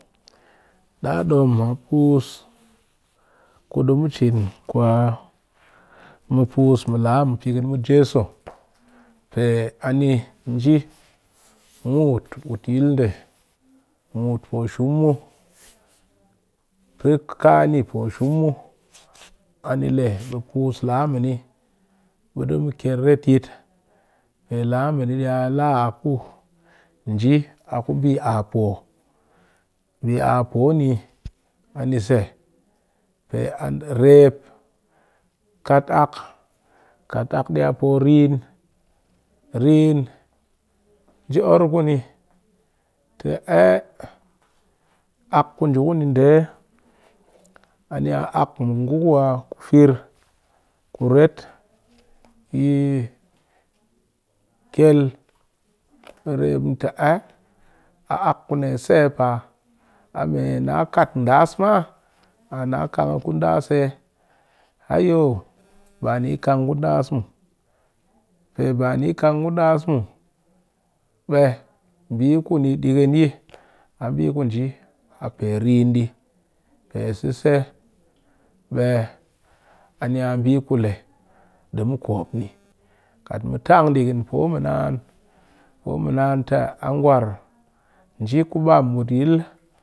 A dom a pus ku du mu cin kwa pus ma laa ma pikin mu jeso pe a ni nji muut but yil nde poo shum mu pe ni ka an le be puus laa ma ni, be ke mu kyel retyit pe la ma ni ni a laa aku nji a ku bi apoo bi appoo ni ani se, pe a rep kat aak kat diya po rin, rin nji or kuni te aye aak ku nji kuni nde aniya aak ma ngu ku fir kuret, yi kyel rep ni te aa a aak kuni se pa a mee na kat das ma a na kang a ku das yi! Hoyo bani kang a ku das muu pee bani kang ku das muu be ku ni dighin yi a be ku nji a pee rin i pe seze ani be kule mu kwop yi, kat tang dighin poo ma naan poo ma naan ngwar nji ku bam buut yil.